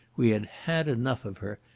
we had had enough of her,